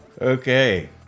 Okay